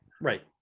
Right